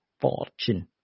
fortune